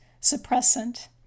suppressant